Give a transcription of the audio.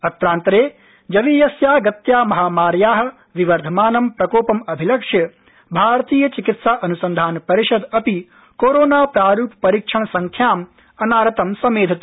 अत्रान्तरे जवीयस्या गत्या महामार्या विवर्धमानं प्रकोपम् अभिलक्ष्य भारतीय चिकित्सा अनुसन्धान परिषद् अपि कोरोणा प्रारूप परीक्षण संख्याम् अनारतं समेधते